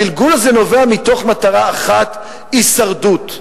הגלגול הזה נובע ממטרה אחת: הישרדות.